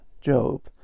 Job